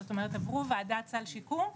זאת אומרת עברו ועדת שיקום,